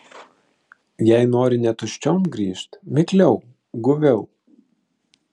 jei nori ne tuščiom grįžt mikliau guviau